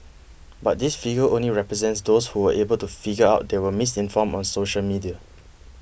but this figure only represents those who were able to figure out they were misinformed on social media